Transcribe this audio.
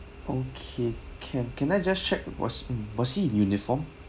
okay can can I just check was was he in uniform